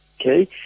Okay